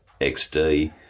XD